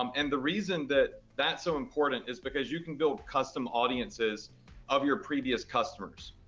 um and the reason that that's so important is because you can build custom audiences of your previous customers,